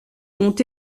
ont